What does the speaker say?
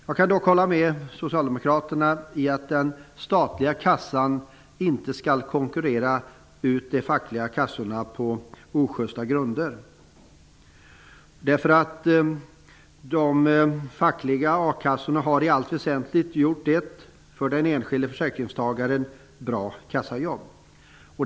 Jag kan dock hålla med socialdemokraterna om att den statliga kassan inte skall konkurrera ut de fackliga kassorna på oschysta grunder. De fackliga a-kassorna har i allt väsentligt gjort ett för den enskilde försäkringstagaren bra kassajobb.